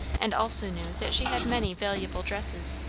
and also knew that she had many valuable dresses,